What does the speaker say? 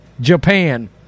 Japan